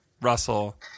russell